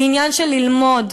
זה עניין של ללמוד,